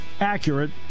Accurate